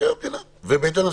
ובית הנשיא.